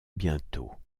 bientôt